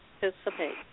participate